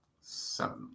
Seven